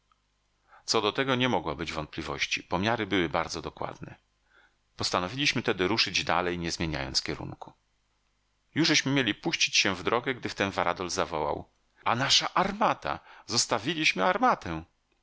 co do tego nie mogło być wątpliwości pomiary były bardzo dokładne postanowiliśmy tedy ruszyć dalej nie zmieniając kierunku jużeśmy mieli puścić się w drogę gdy wtem varadol zawołał a nasza armata zostawiliśmy armatę